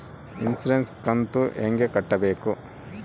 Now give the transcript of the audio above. Insurance ಕಂತು ಹೆಂಗ ಕಟ್ಟಬೇಕು?